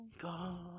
God